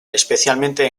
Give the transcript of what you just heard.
especialmente